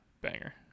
Banger